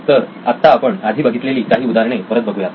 तर आता आपण आधी बघितलेली काही उदाहरणे परत बघुयात